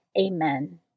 Amen